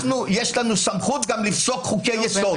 יש לנו סמכות גם לפסול חוקי-יסוד.